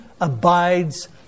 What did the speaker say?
abides